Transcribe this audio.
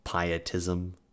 pietism